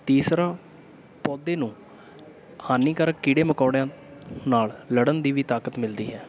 ਤੀਸਰਾ ਪੌਦੇ ਨੂੰ ਹਾਨੀਕਾਰਕ ਕੀੜੇ ਮਕੌੜਿਆਂ ਨਾਲ ਲੜਨ ਦੀ ਵੀ ਤਾਕਤ ਮਿਲਦੀ ਹੈ